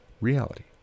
reality